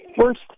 first